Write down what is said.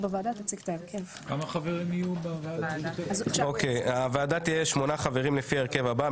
בוועדה יהיו חברים שמונה חברים לפי ההרכב הבא,